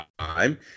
time